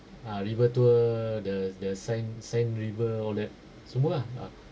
ah river tour the the sand sand river all that semua ah ah